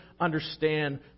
understand